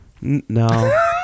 No